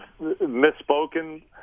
misspoken